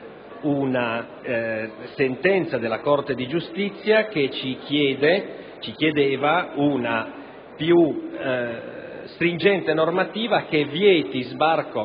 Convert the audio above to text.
una sentenza della Corte di giustizia che ci chiedeva una più stringente normativa che vietasse sbarco,